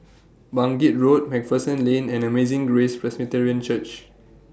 Bangkit Road MacPherson Lane and Amazing Grace Presbyterian Church